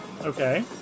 Okay